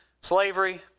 slavery